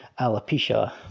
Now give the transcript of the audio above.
alopecia